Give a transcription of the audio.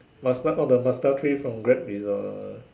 Mazda all the Mazda three from Grab is uh